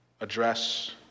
Address